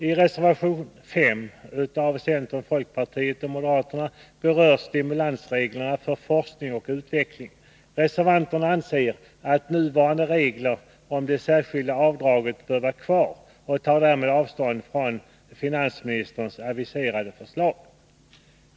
I reservation 5 av centern, folkpartiet och moderaterna berörs stimulansreglerna för forskning och utveckling. Reservanterna anser att nuvarande regler om det särskilda avdraget bör vara kvar och tar därmed avstånd från finansministerns aviserade förslag.